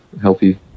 healthy